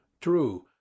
true